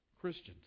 Christians